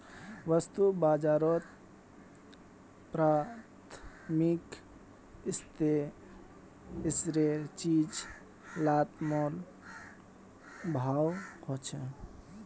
वास्तु बाजारोत प्राथमिक स्तरेर चीज़ लात मोल भाव होछे